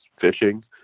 fishing